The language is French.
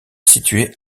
situé